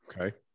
Okay